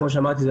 כמו שאמרתי,